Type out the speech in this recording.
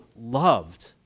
loved